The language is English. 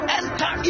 enter